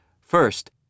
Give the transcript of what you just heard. First